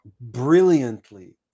brilliantly